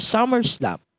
SummerSlam